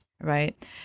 right